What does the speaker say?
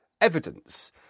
evidence